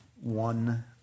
one